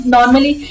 Normally